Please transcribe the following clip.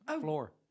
floor